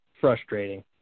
frustrating